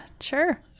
sure